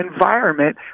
environment